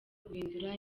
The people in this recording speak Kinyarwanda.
guhindura